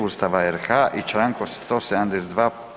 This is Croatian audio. Ustava RH i članka 172.